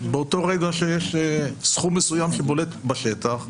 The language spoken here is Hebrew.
באותו רגע שיש סכום מסוים שבולט בשטח,